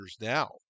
now